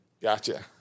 Gotcha